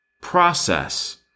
process